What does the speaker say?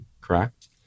Correct